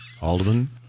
Alderman